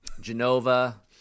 Genova